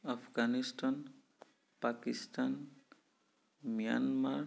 Afghanistan Pakistan Myanmar